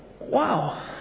wow